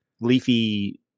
leafy